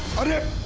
on it.